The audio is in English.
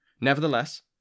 Nevertheless